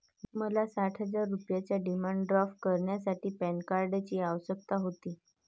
मला साठ हजार रुपयांचा डिमांड ड्राफ्ट करण्यासाठी पॅन कार्डची आवश्यकता होती